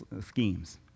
schemes